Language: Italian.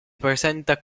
presenta